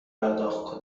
پرداخت